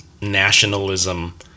nationalism